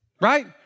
right